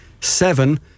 Seven